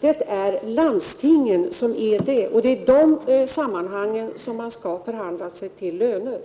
Det är landstingen som är det, och det är i de sammanhangen man skall förhandla sig till löner.